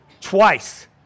twice